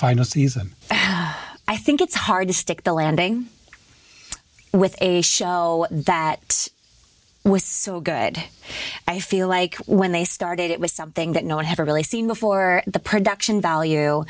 final season i think it's hard to stick the landing with a show that was so good i feel like when they started it was something that no one had really seen before the production value